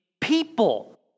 people